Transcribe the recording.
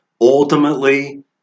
ultimately